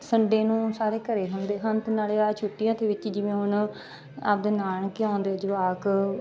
Sunday ਨੂੰ ਸਾਰੇ ਘਰ ਹੁੰਦੇ ਹਨ ਅਤੇ ਨਾਲੇ ਆਹ ਛੁੱਟੀਆਂ ਦੇ ਵਿੱਚੀ ਜਿਵੇਂ ਹੁਣ ਆਪਦੇ ਨਾਨਕੇ ਆਉਂਦੇ ਜਵਾਕ